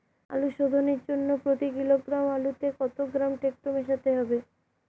আলু শোধনের জন্য প্রতি কিলোগ্রাম আলুতে কত গ্রাম টেকটো মেশাতে হবে?